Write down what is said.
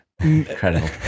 Incredible